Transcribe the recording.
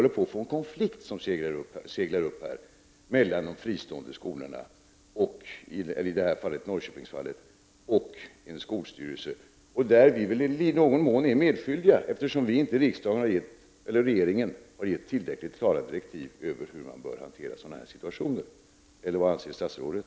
En konflikt håller på att segla upp mellan en fristående skola och en skolstyrelse, och vi är i någon mån medskyldiga, eftersom regeringen inte har gett tillräckligt klara direktiv för hur sådana situationer bör hanteras. Eller vad anser statsrådet?